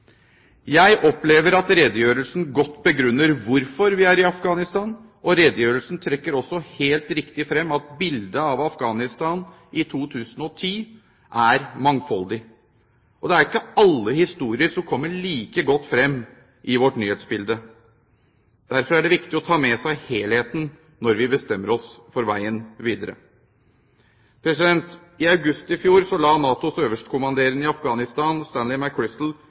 Jeg opplever at redegjørelsen godt begrunner hvorfor vi er i Afghanistan, og redegjørelsen trekker også helt riktig frem at bildet av Afghanistan i 2010 er mangfoldig. Det er ikke alle historier som kommer like godt frem i vårt nyhetsbilde. Derfor er det viktig å ta med seg helheten når vi bestemmer oss for veien videre. I august i fjor la NATOs øverstkommanderende i Afghanistan,